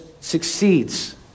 succeeds